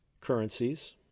currencies